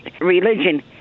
religion